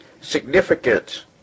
significant